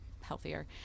healthier